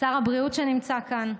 שר הבריאות שנמצא כאן,